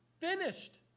finished